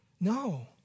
No